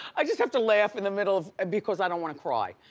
i just have to laugh in the middle, because i don't wanna cry.